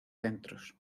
centros